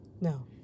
No